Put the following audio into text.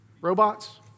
Robots